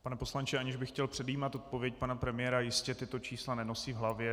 Pane poslanče, aniž bych chtěl předjímat odpověď pana premiéra, jistě tato čísla nenosí v hlavě.